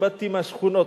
שבאתי מהשכונות,